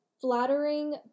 flattering